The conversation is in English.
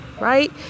right